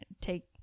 take